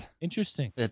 interesting